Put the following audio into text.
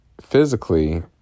Physically